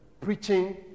preaching